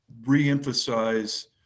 re-emphasize